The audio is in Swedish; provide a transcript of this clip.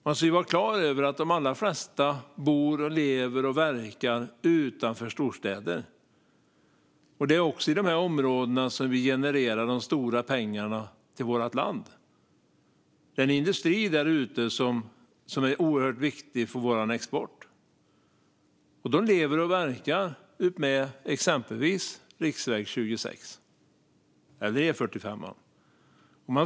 Man ska vara klar över att de allra flesta bor, lever och verkar utanför storstäderna och att det är i dessa områden de stora pengarna genereras till vårt land. Industrin där ute är oerhört viktig för vår export. Människor lever och verkar längs exempelvis riksväg 26 och E45.